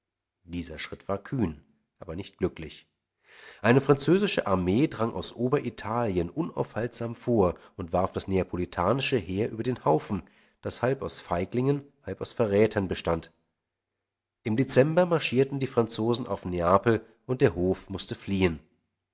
dieser schritt war kühn aber nicht glücklich eine französische armee drang aus ober italien unaufhaltsam vor und warf das neapolitanische heer über den haufen das halb aus feiglingen halb aus verrätern bestand im dezember marschierten die franzosen auf neapel und der hof mußte fliehen